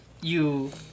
You-